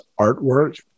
artwork